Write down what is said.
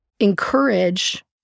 encourage